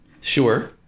Sure